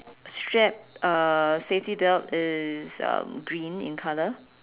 strap uh safety belt is um green in colour